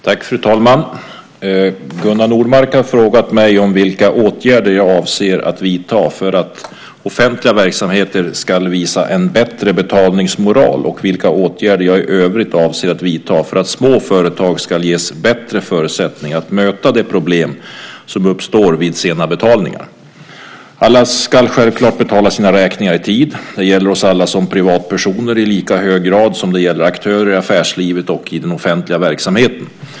Fru talman! Gunnar Nordmark har frågat mig vilka åtgärder jag avser att vidta för att offentliga verksamheter ska visa en bättre betalningsmoral och vilka åtgärder jag i övrigt avser att vidta för att små företag ska ges bättre förutsättningar att möta de problem som uppstår vid sena betalningar. Alla ska självklart betala sina räkningar i tid. Det gäller oss alla som privatpersoner i lika hög grad som det gäller aktörer i affärslivet och i den offentliga verksamheten.